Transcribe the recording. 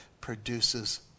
produces